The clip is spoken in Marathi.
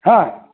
हा